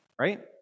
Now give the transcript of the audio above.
right